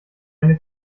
eine